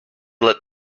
let